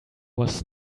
was